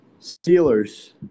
Steelers